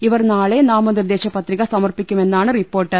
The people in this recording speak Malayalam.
ഇവർ നാളെ നാമനിർദേശ പത്രിക സമർപ്പിക്കുമെന്നാ ണ് റിപ്പോർട്ട്